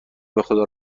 بخدا